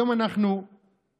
היום אנחנו בכישלון.